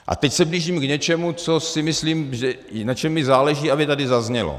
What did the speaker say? A teď se blížím k něčemu, co si myslím, na čem mi záleží, aby tady zaznělo.